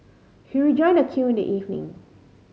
he rejoined the queue in the evening